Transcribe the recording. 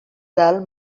del